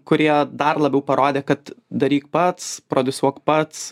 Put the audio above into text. kurie dar labiau parodė kad daryk pats prodiusuok pats